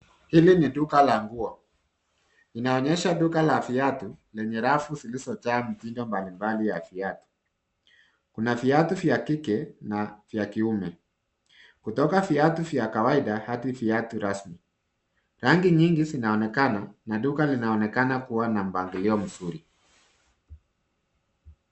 Hili ni duka la nguo. Linaonyesha duka la viatu lenye rafu zilizopangwa aina mbalimbali za viatu. Kuna viatu vya kike na vya kiume, kuanzia viatu vya kawaida hadi viatu rasmi. Rangi nyingi zinaonekana na duka linaonekana kuwa na mpangilio mzuri.